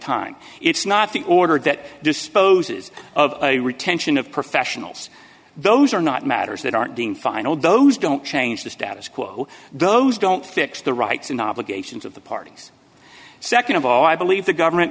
time it's not the order that disposes of a retention of professionals those are not matters that aren't being final those don't change the status quo those don't fix the rights and obligations of the parties nd of all i believe the government